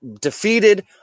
defeated